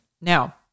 Now